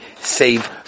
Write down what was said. save